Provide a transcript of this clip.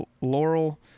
Laurel